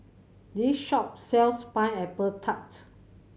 this shop sells Pineapple Tart